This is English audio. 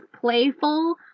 playful